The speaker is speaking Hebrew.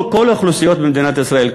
כל האוכלוסיות במדינת ישראל,